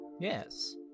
Yes